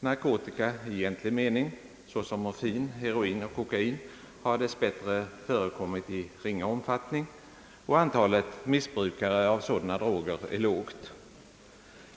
Narkotika i egentlig mening, såsom morfin, heroin och kokain, har dess bättre förekommit i ringa omfattning, och antalet missbrukare av sådana droger är lågt.